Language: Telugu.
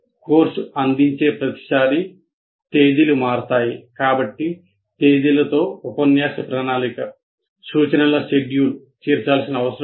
కోర్సు అందించే ప్రతిసారీ తేదీలు మారుతాయి కాబట్టి తేదీలతో ఉపన్యాస ప్రణాళిక చేర్చాల్సిన అవసరం ఉంది